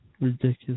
Ridiculous